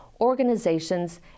organizations